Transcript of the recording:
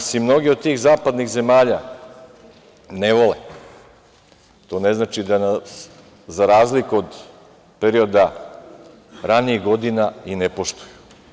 Ako nas i mnoge od tih zapadnih zemalja ne vole, to ne znači da nas, za razliku od perioda ranijih godina, i ne poštuju.